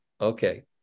Okay